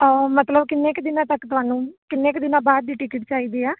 ਮਤਲਬ ਕਿੰਨੇ ਕੁ ਦਿਨਾਂ ਤੱਕ ਤੁਹਾਨੂੰ ਕਿੰਨੇ ਕੁ ਦਿਨਾਂ ਬਾਅਦ ਦੀ ਟਿਕਟ ਚਾਹੀਦੀ ਆ